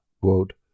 Quote